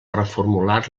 reformular